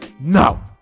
no